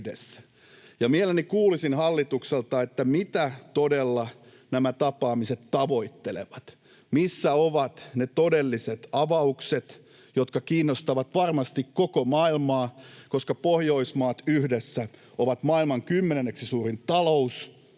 Mielelläni kuulisin hallitukselta, mitä todella nämä tapaamiset tavoittelevat, missä ovat ne todelliset avaukset, jotka kiinnostavat varmasti koko maailmaa, koska Pohjoismaat yhdessä ovat maailman kymmenenneksi suurin talous,